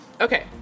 Okay